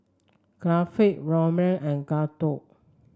Gopinath Ramnath and Gouthu